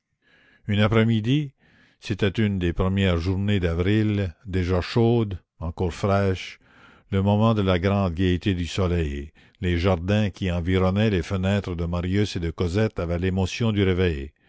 une après-midi c'était une des premières journées d'avril déjà chaude encore fraîche le moment de la grande gaîté du soleil les jardins qui environnaient les fenêtres de marius et de cosette avaient l'émotion du réveil